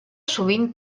sovint